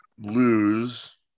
lose